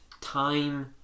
time